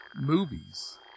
movies